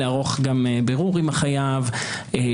לערוך בירור עם החייב,